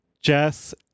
Jess